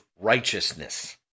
righteousness